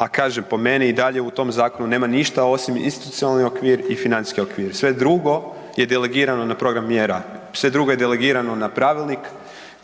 a kažem, po meni i dalje u tom zakonu nema ništa osim institucionalni okvir i financijski okvir. Sve drugo je delegirano na program mjera, sve drugo je delegirano na pravilnik